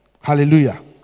Hallelujah